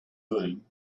room